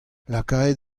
lakaet